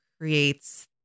creates